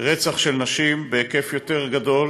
רצח של נשים בהיקף יותר גדול,